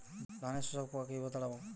ধানে শোষক পোকা কিভাবে তাড়াব?